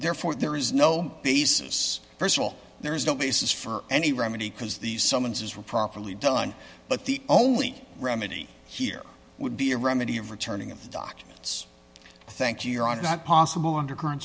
therefore there is no basis st of all there is no basis for any remedy because these summonses were properly done but the only remedy here would be a remedy of returning of the documents thank you your honor not possible under current